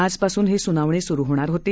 आजपासूनहीसुनावणीसुरु होणारहोती